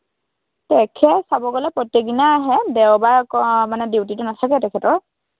তেখেত ছাব গ'লে প্ৰত্য়ক দিনাই আহে দেওবাৰ আকৌ মানে ডিওটিটো নাথাকে তেখেতৰ